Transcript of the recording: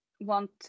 want